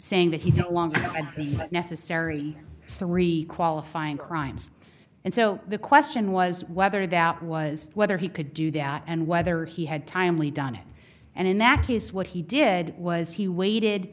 saying that he no longer necessary three qualifying crimes and so the question was whether that was whether he could do that and whether he had timely done it and in that case what he did was he waited